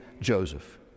Joseph